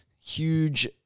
huge